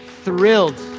Thrilled